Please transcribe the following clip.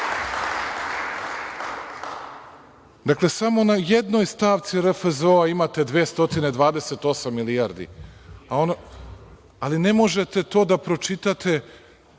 Dakle, samo na jednoj stavci RFZO-a imate 228 milijardi, ali ne možete to da pročitate